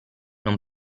non